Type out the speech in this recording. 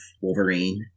Wolverine